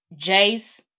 jace